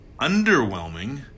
underwhelming